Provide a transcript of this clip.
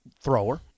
thrower